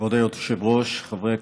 כבוד היושב-ראש, חברי הכנסת,